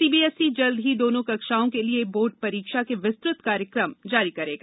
CBSE जल्द ही दोनों कक्षाओं के लिए बोर्ड परीक्षा की विस्तृत कार्यकम जारी करेगा